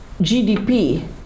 GDP